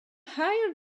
hired